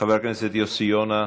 חבר הכנסת יוסי יונה,